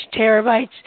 terabytes